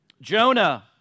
Jonah